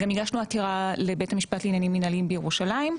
גם הגשנו עתירה לבית המשפט לעניינים מנהליים בירושלים,